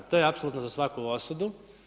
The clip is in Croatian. To je apsolutno za svaku osudu.